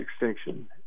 extinction